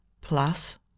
plus